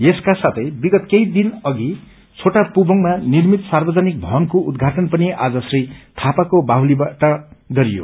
यसको साथै विगत केही दिन अवि छोटा पूबोडमा निर्मित सार्वजनिक भवनको उद्घाटन पनि आज श्री थापाको बाहुलीद्वारा गरियो